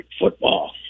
football